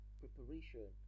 preparation